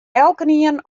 elkenien